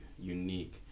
unique